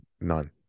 None